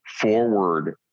forward